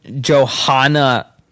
johanna